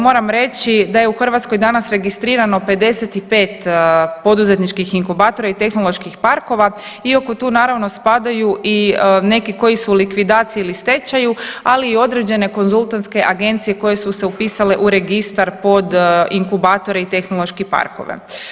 Moram reći da je u Hrvatskoj danas registrirano 55 poduzetničkih inkubatora i tehnoloških parkova, iako tu naravno spadaju i neki koji su u likvidaciji ili stečaju, ali i određene konzultantske agencije koje su se upisale u registar pod inkubatore i tehnološke parkove.